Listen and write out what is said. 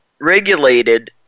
regulated